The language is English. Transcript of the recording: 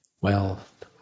wealth